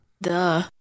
Duh